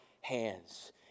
hands